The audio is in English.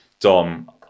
Dom